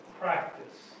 practice